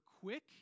quick